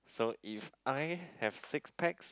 so if I have six packs